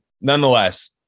nonetheless